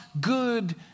good